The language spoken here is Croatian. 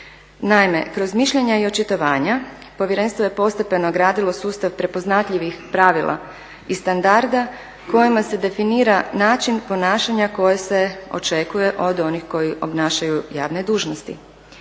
Naime, kroz mišljenja i očitovanja povjerenstvo je postepeno gradilo sustav prepoznatljivih pravila i standarda kojima se definira način ponašanja koje se očekuje od onih koji obnašaju javne dužnosti.